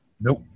Nope